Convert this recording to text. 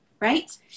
Right